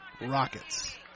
Rockets